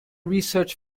research